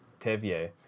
Tevye